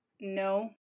no